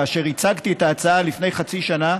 כאשר הצגתי את ההצעה לפני חצי שנה,